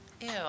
Ew